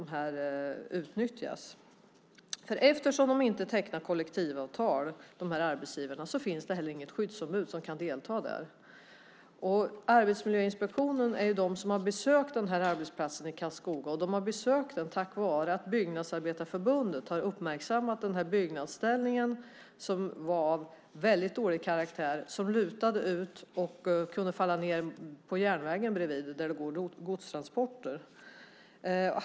Eftersom arbetsgivarna inte tecknar kollektivavtal finns det inte heller något skyddsombud som kan delta. Arbetsmiljöinspektionen har besökt arbetsplatsen i Karlskoga. Besöket skedde tack vare att Byggnadsarbetareförbundet hade uppmärksammat byggnadsställningen som var av dålig karaktär; den lutade ut och kunde falla ned på järnvägen där det går godstransporter.